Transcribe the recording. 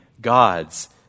God's